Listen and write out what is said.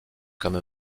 comme